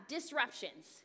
Disruptions